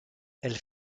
elle